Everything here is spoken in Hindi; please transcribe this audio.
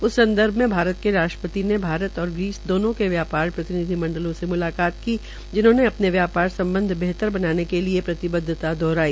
उन संदर्भ में भारत के राष्ट्रपति ने भारत और ग्रीस दोनों के व्यापार प्रतिनिधि मंडलों से म्लाकात की जिनहोंने अपने व्यापार सम्बध बेहतर बनाने के लिए प्रतिबद्वता दोहराई